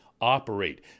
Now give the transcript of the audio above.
operate